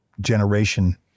generation